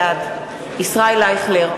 בעד ישראל אייכלר,